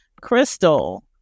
Crystal